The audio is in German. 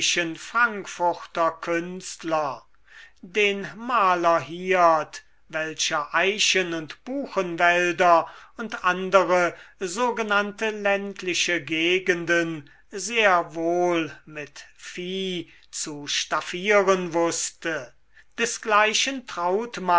frankfurter künstler den maler hirt welcher eichen und buchenwälder und andere sogenannte ländliche gegenden sehr wohl mit vieh zu staffieren wußte desgleichen